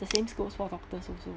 the same goes for doctors also